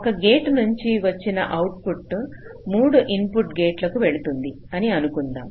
ఒక్క గేటు నుంచి వచ్చిన అవుట్పుట్ 3 ఇన్పుట్ గేట్లకు వెళ్తుంది అని అనుకుందాము